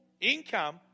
income